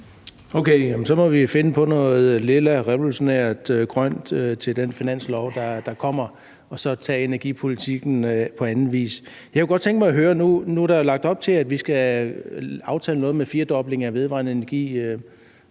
Okay, så må vi jo finde på noget lilla, revolutionært, grønt til den finanslov, der kommer, og så tage energipolitikken på anden vis. Nu er der jo lagt op til, at vi skal aftale noget om en firedobling af vedvarende energi